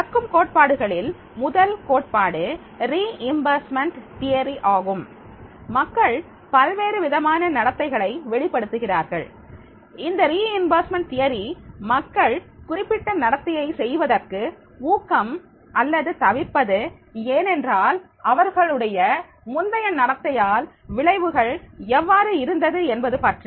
கற்கும் கோட்பாடுகளில் முதல் கோட்பாடு வலுவூட்டல் கோட்பாடு ஆகும் மக்கள் பல்வேறுவிதமான நடத்தைகளை வெளிப்படுத்துகிறார்கள் இந்த வலுவூட்டல் கோட்பாடு மக்கள் குறிப்பிட்ட நடத்தையை செய்வதற்கு ஊக்கம் அல்லது தவிர்ப்பது ஏனென்றால் அவர்களுடைய முந்தைய நடத்தையால் விளைவுகள் எவ்வாறு இருந்தது என்பது பற்றி